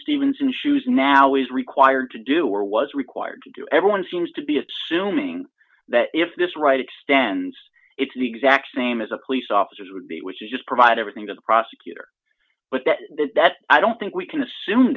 stevenson shoes now is required to do or was required to do everyone seems to be assuming that if this right extends it's the exact same as a police officers would be which is just provide everything to the prosecutor but that that i don't think we can assume